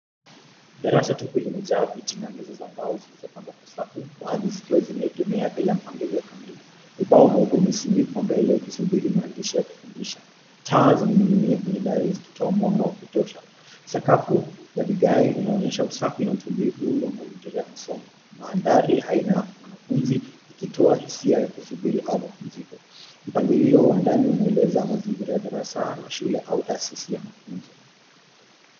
Darasa tupu limejaa viti na meza za mbao zlizopangwa kwa safu, baadhi zikiwa zimeegemea bila mpangilio kamili. Ubao mweupe umesindikwa mbele ukisubiri maandishi ya kufundisha. Taa zimening'inia kwenye dari zikitoa mwanga wa kutosha. Sakafu ya vigae inaonyesha usafi na utulivu wa mazingira ya masomo. Mandhari haina wanafunzi, ikitoa hisia ya kusubiri ama mapumziko. Mpangilio wa ndani unaeleza mazingira ya darasa la shule au taasisi ya mafunzo.